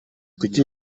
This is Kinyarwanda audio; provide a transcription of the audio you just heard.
kuki